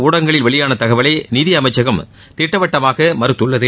ஊடகங்களில் வெளியான தகவலை நிதியமைச்சகம் திட்டவட்டமாக மறுத்துள்ளது